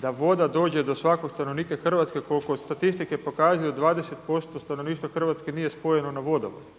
da voda dođe do svakog stanovnika Hrvatske. Koliko statistike pokazuju 20% stanovništva Hrvatske nije spojeno na vodovod,